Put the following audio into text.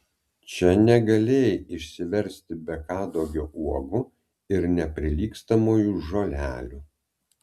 čia negalėjai išsiversti be kadugio uogų ir neprilygstamųjų žolelių